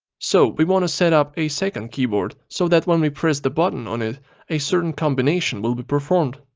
so, we want to set up a second keyboard so that when we press the button on it a certain combination will be performed.